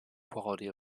quality